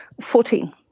Fourteen